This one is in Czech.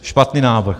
Špatný návrh.